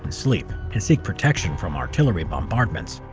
sleep, and seek protection from artillery bombardments.